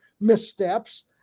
missteps